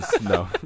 No